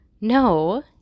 No